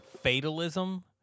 fatalism